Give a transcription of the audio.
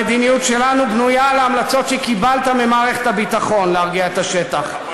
המדיניות שלנו בנויה על ההמלצות שקיבלת ממערכת הביטחון להרגיע את השטח,